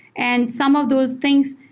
and some of those things,